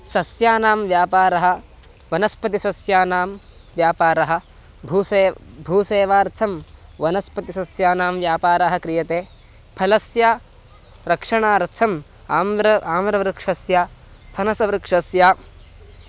सस्यानां व्यापारः वनस्पतिसस्यानां व्यापारः भूसे भूसेवार्थं वनस्पतिसस्यानां व्यापारः क्रियते फलस्य रक्षणार्थम् आम्रम् आम्रवृक्षस्य फनसवृक्षस्य